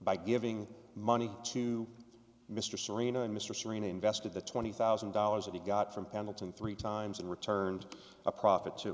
by giving money to mr serino and mr sareen invested the twenty thousand dollars that he got from pendleton three times and returned a profit to